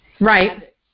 Right